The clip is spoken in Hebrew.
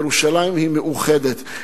ירושלים היא מאוחדת,